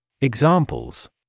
Examples